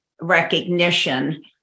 recognition